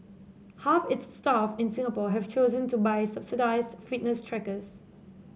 half its staff in Singapore have chosen to buy subsidised fitness trackers